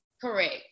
Correct